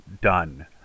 done